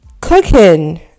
cooking